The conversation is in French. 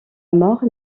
mort